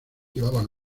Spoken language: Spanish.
llevaban